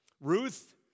Ruth